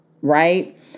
right